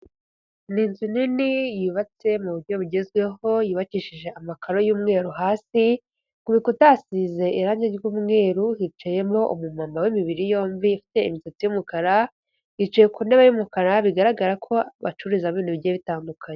Ni inzu nini yubatse mu buryo bugezweho yubakishije amakaro y'umweru hasi, ku bikuta hasize irangi ry'umweru, hicayemo umumama w'imibiri yombi ufite imisatsi y'umukara, yicaye ku ntebe y'umukara bigaragara ko bacururizamo ibintu bigiye bitandukanye.